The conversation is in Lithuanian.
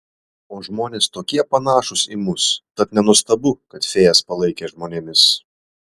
o žmonės tokie panašūs į mus tad nenuostabu kad fėjas palaikė žmonėmis